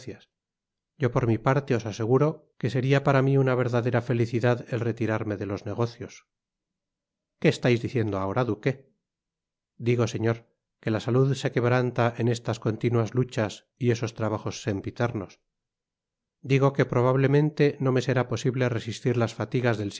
yo por mi parte os aseguro que seria para mi una verdadera felicidad el retirarme de los negocios que estais diciendo ahora duque digo señor que la salud se quebranta en estas continuas luchas yesos trabajos sempiternos digo que probablemente no me será posible resistir las fatigas del sitio